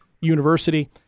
University